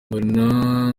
mbona